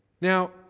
Now